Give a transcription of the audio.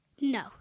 No